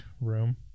room